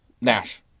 Nash